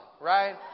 right